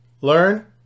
learn